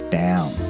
down